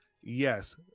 Yes